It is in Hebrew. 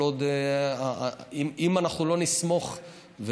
אם אנחנו לא נסמוך על המוסדות,